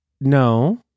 No